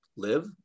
live